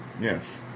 Yes